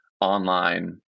online